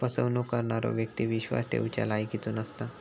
फसवणूक करणारो व्यक्ती विश्वास ठेवच्या लायकीचो नसता